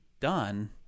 done